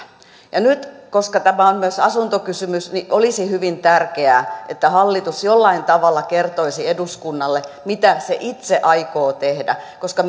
nyt koska tämä on myös asuntokysymys olisi hyvin tärkeää että hallitus jollain tavalla kertoisi eduskunnalle mitä se itse aikoo tehdä koska